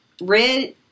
red